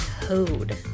code